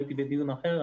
הייתי בדיון אחר,